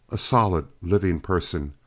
a solid, living person,